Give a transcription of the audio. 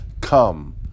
come